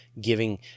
giving